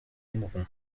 aimeront